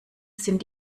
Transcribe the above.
sind